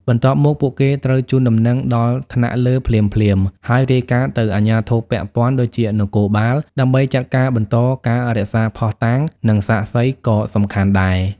បន្ទាប់មក ពួកគេត្រូវ ជូនដំណឹងដល់ថ្នាក់លើ ភ្លាមៗ ហើយ រាយការណ៍ទៅអាជ្ញាធរពាក់ព័ន្ធ ដូចជានគរបាល ដើម្បីចាត់ការបន្តការរក្សាភស្តុតាង និងសាក្សីក៏សំខាន់ដែរ។